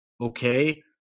okay